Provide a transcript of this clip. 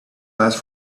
last